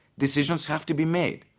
decisions have to be made,